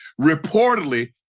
Reportedly